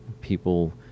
people